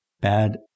bad